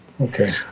okay